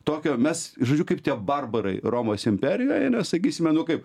tokią mes žodžiu kaip tie barbarai romos imperijoje nes sakysime nu kaip